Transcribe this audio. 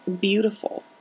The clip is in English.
beautiful